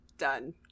done